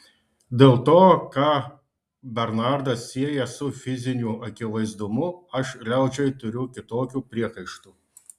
dėl to ką bernardas sieja su fiziniu akivaizdumu aš liaudžiai turiu kitokių priekaištų